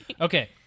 okay